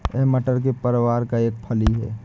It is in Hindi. यह मटर के परिवार का एक फली है